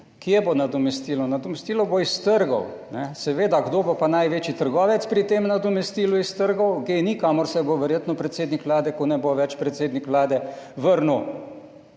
Kje bo nadomestilo? Nadomestilo bo s trgov, seveda. Kdo bo pa največji trgovec pri tem nadomestilu s trgov? GEN-I, kamor se bo verjetno predsednik Vlade, ko ne bo več predsednik Vlade, vrnil